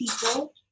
people